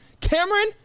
Cameron